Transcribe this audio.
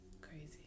Crazy